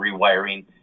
rewiring